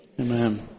Amen